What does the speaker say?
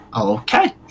Okay